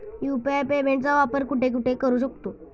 UPI पेमेंटचा वापर कुठे कुठे करू शकतो?